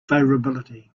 favorability